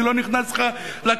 אני לא נכנס לך לקרביים.